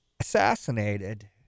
assassinated